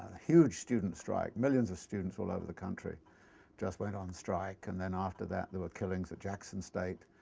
huge student strike, millions of students all over the country just went on strike. and then after that there were killings at jackson state.